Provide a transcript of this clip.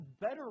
better